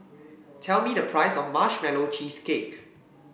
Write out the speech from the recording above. tell me the price of Marshmallow Cheesecake